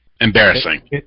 embarrassing